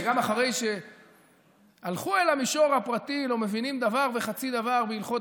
שגם אחרי שהלכו אל המישור הפרטי לא מבינים דבר וחצי דבר בהלכות